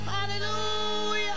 Hallelujah